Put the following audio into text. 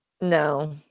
No